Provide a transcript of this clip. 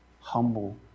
humble